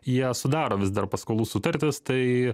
jie sudaro vis dar paskolų sutartis tai